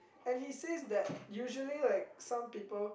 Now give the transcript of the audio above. and he says that usually like some people